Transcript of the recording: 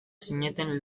zineten